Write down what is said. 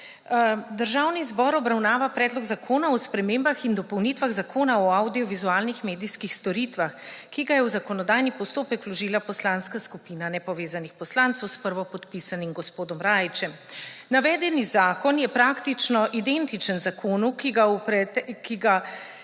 Državni zbor obravnava Predlog zakona o spremembah in dopolnitvah Zakona o avdiovizualnih medijskih storitvah, ki ga je v zakonodajni postopek vložila Poslanska skupina nepovezanih poslancev s prvopodpisanim gospodom Rajićem. Navedeni zakon je praktično identičen zakonu, ki ga